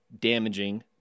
Damaging